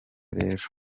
rero